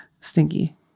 stinky